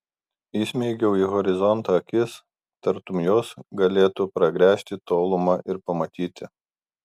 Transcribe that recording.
įsmeigiau į horizontą akis tartum jos galėtų pragręžti tolumą ir pamatyti